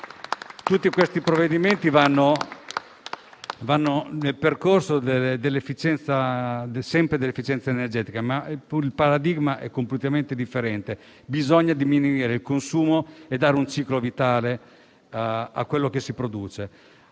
Tutti questi provvedimenti vanno nel percorso dell'efficienza energetica, ma il paradigma è completamente differente. Bisogna diminuire il consumo e dare un ciclo vitale a quanto si produce.